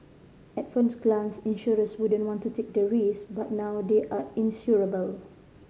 at first glance insurers wouldn't want to take the risk but now they are insurable